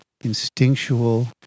instinctual